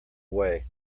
way